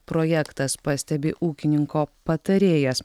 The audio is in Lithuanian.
projektas pastebi ūkininko patarėjas